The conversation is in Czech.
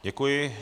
Děkuji.